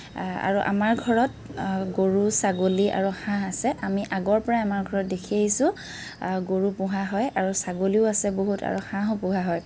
আৰু আমাৰ ঘৰত গৰু ছাগলী আৰু হাঁহ আছে আমি আগৰ পৰাই আমাৰ ঘৰত দেখি আহিছোঁ গৰু পোহা হয় আৰু ছাগলীও আছে বহুত আৰু হাঁহো পোহা হয়